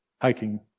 hiking